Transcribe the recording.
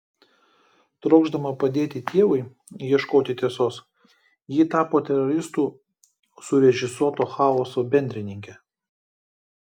trokšdama padėti tėvui ieškoti tiesos ji tapo teroristų surežisuoto chaoso bendrininke